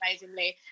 amazingly